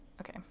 Okay